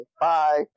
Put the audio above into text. Bye